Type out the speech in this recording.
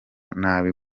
nabi